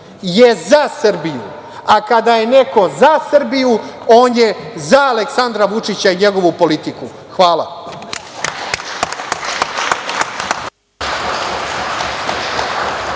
je za Srbiju, a kada je neko za Srbiju, on je za Aleksandra Vučića i njegovu politiku. Hvala.